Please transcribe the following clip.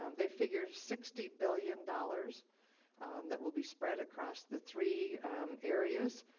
um they figured sixty billion dollars that will be spread across the three areas.